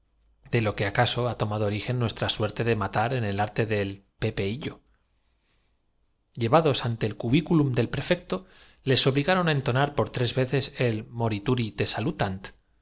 de lo que acaso ha tomado origen nuestra suerte de matar en el arte de pepe millo tonces porque el herido acababa de ascender á cadá llevados ante el cubiculum del prefecto les obliga ver retirado su cuerpo de la arena con unos garfios ron á entonar por tres veces el morituri